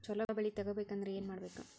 ಛಲೋ ಬೆಳಿ ತೆಗೇಬೇಕ ಅಂದ್ರ ಏನು ಮಾಡ್ಬೇಕ್?